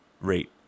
rate